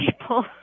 people